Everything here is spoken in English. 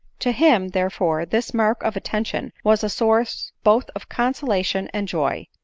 to him, therefore, this mark of attention was a source both of consolation and joy.